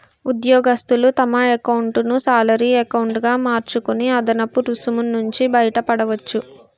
ఉద్యోగస్తులు తమ ఎకౌంటును శాలరీ ఎకౌంటు గా మార్చుకొని అదనపు రుసుము నుంచి బయటపడవచ్చు